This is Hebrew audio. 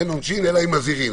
אין עונשין אלא אם מזהירין.